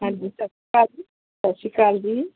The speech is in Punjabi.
ਹਾਂਜੀ ਸਤਿ ਸ਼੍ਰੀ ਅਕਾਲ ਜੀ ਸਤਿ ਸ਼੍ਰੀ ਅਕਾਲ ਜੀ